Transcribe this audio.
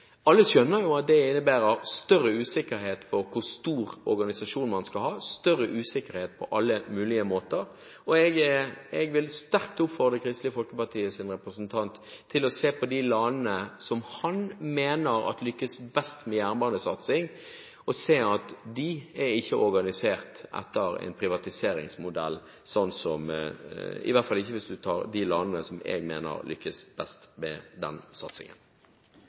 alle at det innebærer større usikkerhet for hvor stor organisasjon man skal ha og større usikkerhet på alle mulige måter. Jeg vil sterkt oppfordre Kristelig Folkepartis representant om å se på de landene som han mener lykkes best med jernbanesatsing, for da vil han se at de ikke er organisert etter en privatiseringsmodell – i hvert fall hvis han ser på de landene som jeg mener lykkes best med den satsingen.